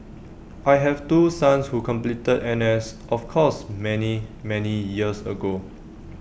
I have two sons who completed N S of course many many years ago